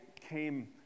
came